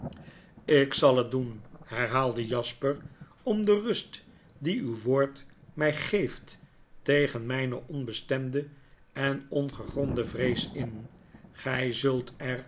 ik zal het doen herhaalde jasper om de rust die uw woord my geeft tegen myne onbestemde en ongegronde vrees in